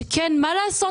שמה לעשות,